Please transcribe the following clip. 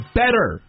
better